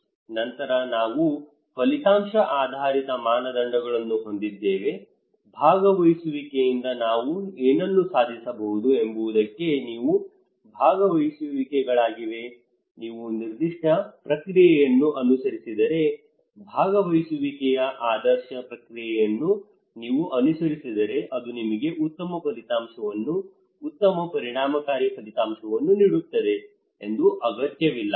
ನಂತರ ನಾವು ಫಲಿತಾಂಶ ಆಧಾರಿತ ಮಾನದಂಡಗಳನ್ನು ಹೊಂದಿದ್ದೇವೆ ಭಾಗವಹಿಸುವಿಕೆಯಿಂದ ನಾವು ಏನನ್ನು ಸಾಧಿಸಬಹುದು ಎಂಬುದಕ್ಕೆ ಇವು ಭಾಗವಹಿಸುವಿಕೆಗಳಾಗಿವೆ ನೀವು ನಿರ್ದಿಷ್ಟ ಪ್ರಕ್ರಿಯೆಯನ್ನು ಅನುಸರಿಸಿದರೆ ಭಾಗವಹಿಸುವಿಕೆಯ ಆದರ್ಶ ಪ್ರಕ್ರಿಯೆಯನ್ನು ನೀವು ಅನುಸರಿಸಿದರೆ ಅದು ನಿಮಗೆ ಉತ್ತಮ ಫಲಿತಾಂಶವನ್ನು ಉತ್ತಮ ಪರಿಣಾಮಕಾರಿ ಫಲಿತಾಂಶವನ್ನು ನೀಡುತ್ತದೆ ಎಂದು ಅಗತ್ಯವಿಲ್ಲ